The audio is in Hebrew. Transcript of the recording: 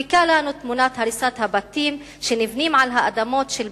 מספיקה לנו תמונת הריסת הבתים שנבנים על האדמות של